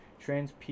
trans